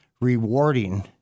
rewarding